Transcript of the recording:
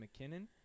McKinnon